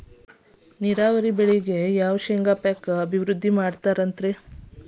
ನೇರಾವರಿ ಬೆಳೆಗಾಗಿ ಯಾವ ಶೇಂಗಾ ಪೇಕ್ ಅಭಿವೃದ್ಧಿ ಮಾಡತಾರ ರಿ?